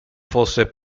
fosse